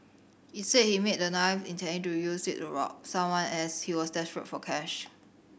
he said he made the knife intending to use it to rob someone as he was desperate for cash